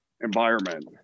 environment